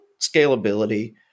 scalability